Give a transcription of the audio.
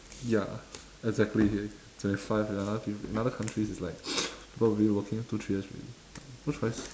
ya exactly twenty five in another few in other countries it's like people will be working two three years already no choice